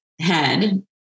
head